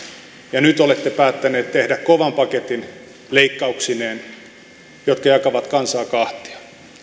ja nyt olette päättäneet tehdä kovan paketin leikkauksineen jotka jakavat kansaa kahtia